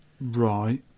Right